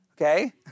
Okay